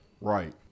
Right